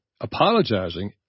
apologizing